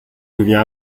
devient